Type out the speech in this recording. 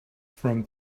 from